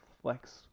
Flex